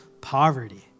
poverty